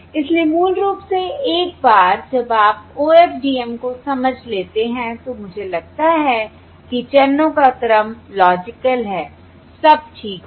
इसलिए मूल रूप से एक बार जब आप OFDM को समझ लेते हैं तो मुझे लगता है कि चरणों का क्रम लॉजिकल है सब ठीक है